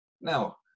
Now